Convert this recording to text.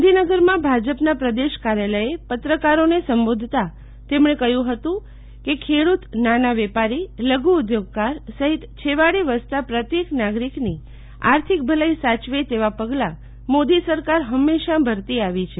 ગાંધીનગરમાં ભાજપના પ્રદેશ કાર્યાલયે પત્રકારોને સંબોધતા તેમણે કહ્યું હતું કે ખેડૂત નાના વેપારી લઘુ ઉઘોગકાર સહિત છેવાડે વસતા પ્રત્યેક નાગરીકની આર્થિક ભલાઈ સાચવે તેવા પગલા મોદી સરકાર હંમેશા ભરતી આવી છે